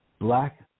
black